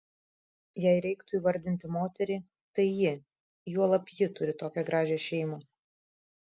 jei reiktų įvardinti moterį tai ji juolab ji turi tokią gražią šeimą